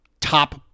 top